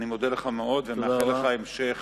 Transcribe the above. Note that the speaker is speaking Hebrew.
אני מודה לך מאוד ומאחל לך המשך